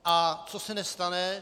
A co se nestane?